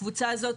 הקבוצה הזאת,